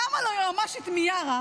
למה ליועמ"שית מיארה